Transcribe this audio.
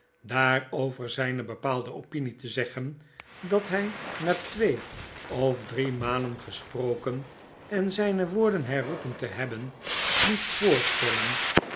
daarover zyne bepaaide opinie te zeggen dat hy na twee of drie malen gesproken en zyne woorden herroepen te hebben liet voorstellen